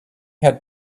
had